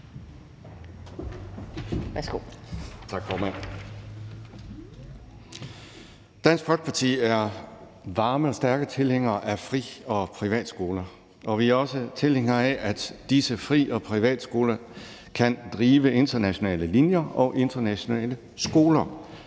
Dansk Folkeparti er varme og stærke tilhængere af fri- og privatskoler, og vi er også tilhængere af, at disse fri- og privatskoler kan drive internationale linjer eller drives som internationale skoler.